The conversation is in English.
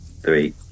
three